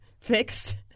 fixed